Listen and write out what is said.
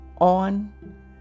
on